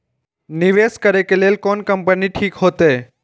निवेश करे के लेल कोन कंपनी ठीक होते?